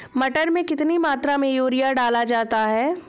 मटर में कितनी मात्रा में यूरिया डाला जाता है?